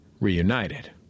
reunited